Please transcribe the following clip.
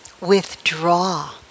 withdraw